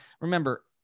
Remember